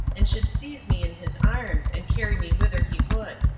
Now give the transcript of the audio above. and should seize me in his arms and carry me whither he would.